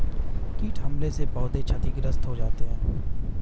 कीट हमले से पौधे क्षतिग्रस्त हो जाते है